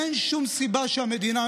אין שום סיבה שהמדינה,